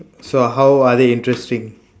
so how are they interesting